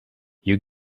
you